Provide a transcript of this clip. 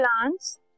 plants